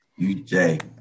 UJ